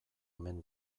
omen